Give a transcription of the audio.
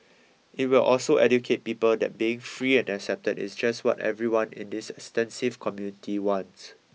it will also educate people that being free and accepted is just what everyone in this extensive community wants